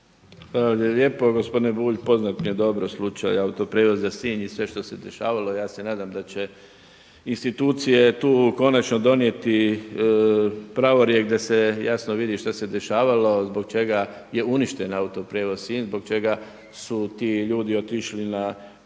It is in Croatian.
lijepo. Gospodine Bulj, poznat mi je dobro slučaj autoprijevoza Sinj i sve što se dešavalo, ja se nadam da će institucije tu konačno donijeti pravorijek da se jasno vidi što se dešavalo, zbog čega je uništen autoprijevoz Sinj, zbog čega su ti ljudi otišli na